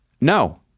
No